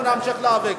אנחנו נמשיך להיאבק.